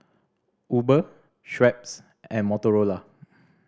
Uber Schweppes and Motorola